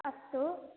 अस्तु